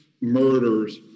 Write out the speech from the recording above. murders